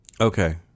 Okay